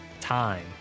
time